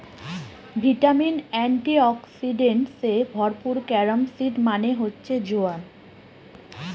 vitamin, antioxidants এ ভরপুর carom seed মানে হচ্ছে জোয়ান